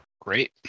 Great